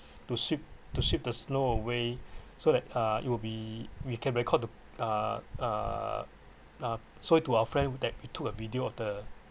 to sweep to sweep the snow away so that uh it will be we can record to uh uh uh show it to our friend that we took a video of the